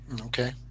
Okay